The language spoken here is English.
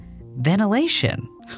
Ventilation